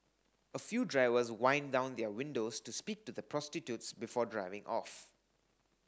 a few drivers wind down their windows to speak to the prostitutes before driving off